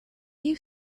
you